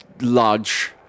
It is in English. Large